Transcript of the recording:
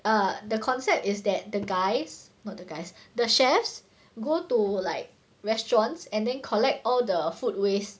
err the concept is that the guys not the guys the chefs go to like restaurants and then collect all the food waste